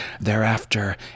Thereafter